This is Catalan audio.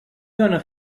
dona